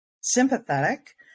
sympathetic